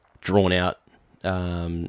drawn-out